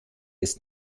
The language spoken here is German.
ist